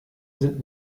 sind